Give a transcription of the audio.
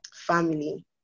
family